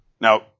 Now